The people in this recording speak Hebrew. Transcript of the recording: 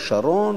לשרון,